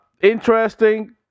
interesting